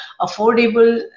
affordable